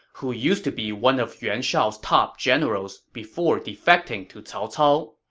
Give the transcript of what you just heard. who used to be one of yuan shao's top generals before defecting to cao cao.